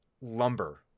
lumber